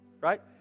right